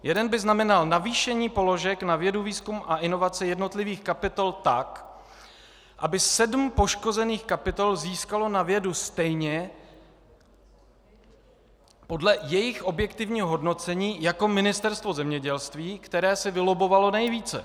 Jeden by znamenal navýšení položek na vědu, výzkum a inovaci jednotlivých kapitol tak, aby sedm poškozených kapitol získalo na vědu stejně podle jejich objektivního hodnocení jako ministerstvo zemědělství, které si vylobbovalo nejvíce.